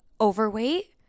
overweight